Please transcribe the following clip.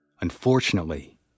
unfortunately